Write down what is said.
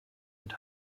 und